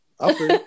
Okay